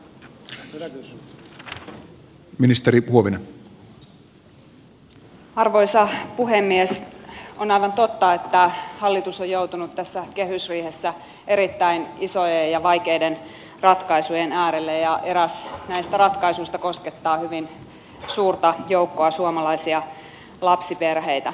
on aivan totta että hallitus on joutunut tässä kehysriihessä erittäin isojen ja vaikeiden ratkaisujen äärelle ja eräs näistä ratkaisuista koskettaa hyvin suurta joukkoa suomalaisia lapsiperheitä